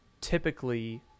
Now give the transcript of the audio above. typically